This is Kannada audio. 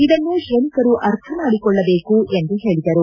ಇದನ್ನು ಶ್ರಮಿಕರು ಅರ್ಥಮಾಡಿಕೊಳ್ಳಬೇಕು ಎಂದು ಹೇಳಿದರು